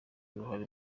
uruhare